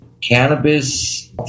cannabis